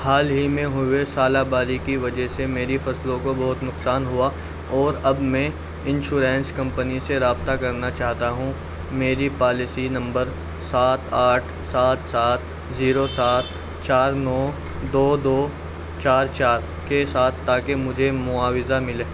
حال ہی میں ہوئے ژالہ باری کی وجہ سے میری فصلوں کو بہت نقصان ہوا اور اب میں انشورنس کمپنی سے رابطہ کرنا چاہتا ہوں میری پالیسی نمبر سات آٹھ سات سات زیرو سات چار نو دو دو چار چار کے ساتھ تاکہ مجھے معاوضہ ملے